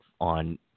on